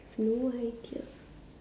lower high tier